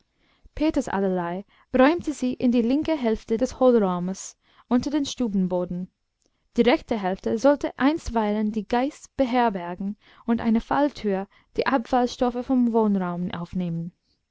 peters allerlei räumte sie in die linke hälfte des hohlraumes unter dem stubenboden die rechte hälfte sollte einstweilen die geiß beherbergen und eine falltür die abfallstoffe vom wohnraum aufnehmen